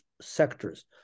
sectors